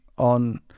on